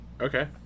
okay